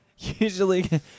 usually